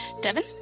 Devin